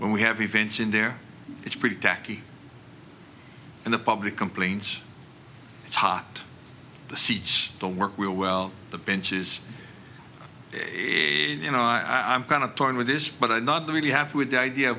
when we have events in there it's pretty tacky and the public complains it's hot the seats don't work real well the bench is a you know i'm kind of torn with this but i'm not the really happy with the idea of